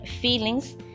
feelings